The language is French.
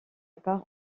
part